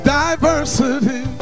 diversity